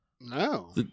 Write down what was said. No